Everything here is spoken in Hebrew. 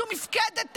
שהוא מפקדת טרור,